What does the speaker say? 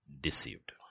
deceived